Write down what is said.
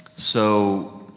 so,